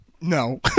No